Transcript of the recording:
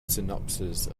synopsis